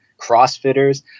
CrossFitters